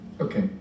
Okay